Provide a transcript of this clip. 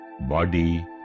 body